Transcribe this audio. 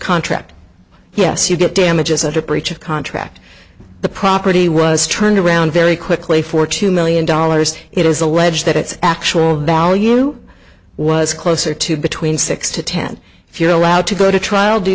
contract yes you get damages a breach of contract the property was turned around very quickly for two million dollars it is alleged that its actual value was closer to between six to ten if you're allowed to go to trial d